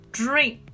drink